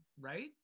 right